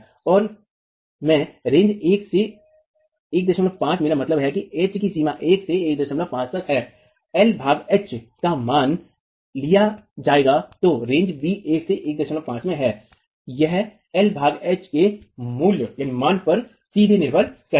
और में रेंज 1 से 15 मेरा मतलब है एच की सीमा में 1 से 15 तक है l भाग h का मान लिया जाएगा तो रेंज बी 1 से 15 में है यह एल भाग एच के मूल्य पर सीधे निर्भर करेगा